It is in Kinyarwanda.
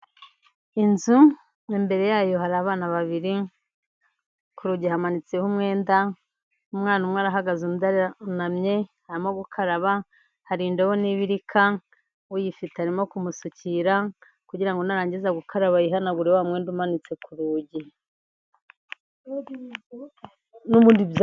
Inzu, imbere yayo hari abana babiri. Ku rugi hamanitseho umwenda, umwana umwe arahagaze undi arunamye arimo gukaraba. Hari indobo n'ibibirika, uyifite arimo kumusukira kugira ngo narangiza gukaraba yihanagure wa mwenda umanitse ku rugu.